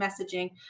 messaging